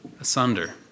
asunder